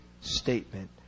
statement